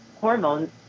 hormones